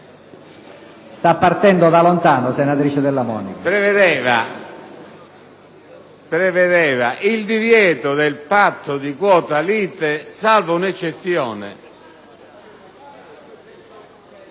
prevedeva il divieto del patto di quota lite, salvo un'eccezione...